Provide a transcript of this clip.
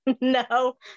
No